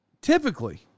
typically